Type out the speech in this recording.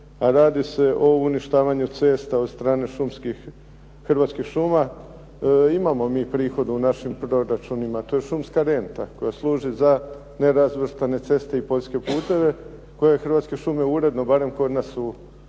a radi o uništavanju cesta od strane Hrvatskih šuma. Imamo mi prihode u našim proračunima, to je šumska renta koja služi za nerazvrstane ceste i poljske puteve koje Hrvatske šume uredno barem kod nas u Pakracu